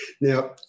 now